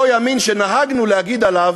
אותו ימין שנהגנו להגיד עליו: